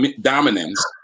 dominance